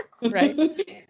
Right